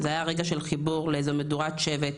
וזה היה רגע של חיבור לאיזו שהיא מדורת שבט,